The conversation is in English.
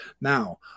now